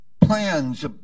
plans